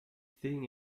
thing